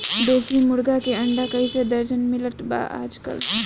देशी मुर्गी के अंडा कइसे दर्जन मिलत बा आज कल?